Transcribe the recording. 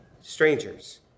strangers